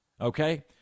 Okay